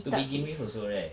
to begin with also right